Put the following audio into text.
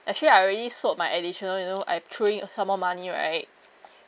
actually I already sowed my additional you know I throw in some more money right